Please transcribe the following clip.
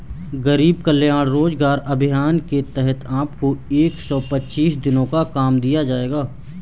गरीब कल्याण रोजगार अभियान के तहत आपको एक सौ पच्चीस दिनों का काम दिया जाएगा